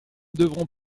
devront